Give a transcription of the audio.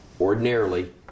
Ordinarily